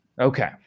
Okay